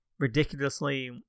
Ridiculously